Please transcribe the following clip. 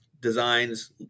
designs